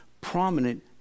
prominent